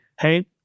hey